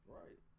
right